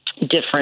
different